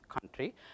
country